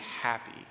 happy